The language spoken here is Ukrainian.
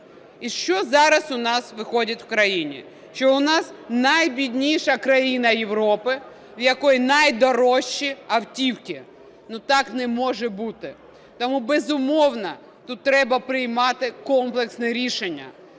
І що зараз у нас виходить в країні? Що у нас найбідніша країна Європи, в якій найдорожчі автівки – так не може бути. Тому, безумовно, тут треба приймати комплексне рішення